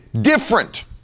different